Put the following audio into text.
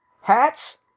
Hats